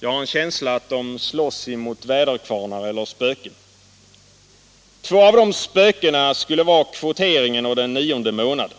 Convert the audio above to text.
Jag har en känsla av att de slåss emot väderkvarnar eller spöken. Två av de spökena skulle vara kvoteringen och den nionde månaden.